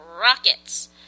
Rockets